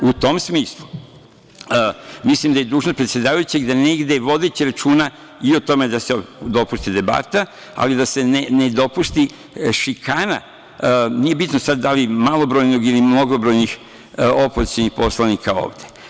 U tom smislu, mislim da je dužnost predsedavajućeg da negde, vodeći računa i o tome da se dopusti debata, ali da se ne dopusti šikana, nije bitno da li malobrojnog ili mnogobrojnih opozicionih poslanika ovde.